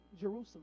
Jerusalem